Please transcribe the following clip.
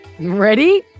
Ready